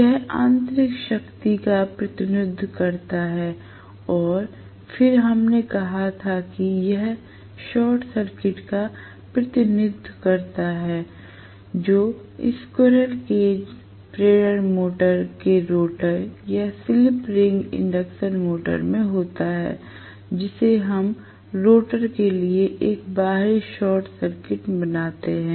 यह यांत्रिक शक्ति का प्रतिनिधित्व करता है और फिर हमने कहा कि यह शॉर्ट सर्किट का प्रतिनिधित्व करता है जो स्क्वीररेल केज प्रेरण मोटर के रोटर या स्लिप रिंग इंडक्शन मोटर में होता है जिसे हम रोटर के लिए एक बाहरी शॉर्ट सर्किट बनाते हैं